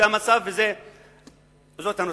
זה המצב וזאת הנוסחה.